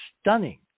stunning